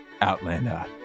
Outlander